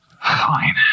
Fine